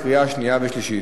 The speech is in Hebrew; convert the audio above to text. זו קריאה שנייה ושלישית?